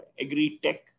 agri-tech